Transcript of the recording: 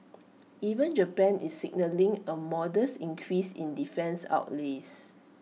even Japan is signalling A modest increase in defence outlays